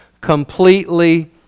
completely